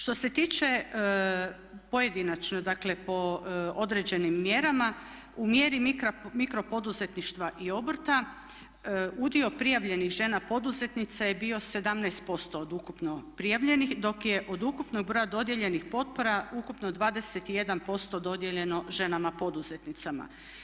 Što se tiče pojedinačno, dakle po određenim mjerama u mjeri mikro poduzetništva i obrta, udio prijavljenih žena poduzetnica je bio 17% od ukupno prijavljenih, dok je od ukupnog broja dodijeljenih potpora ukupno 21% dodijeljeno ženama poduzetnicama.